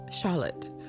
charlotte